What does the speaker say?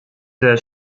der